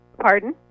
Pardon